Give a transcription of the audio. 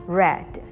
red